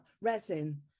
resin